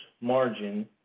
margin